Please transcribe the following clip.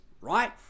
right